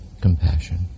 compassion